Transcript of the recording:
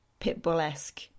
pitbull-esque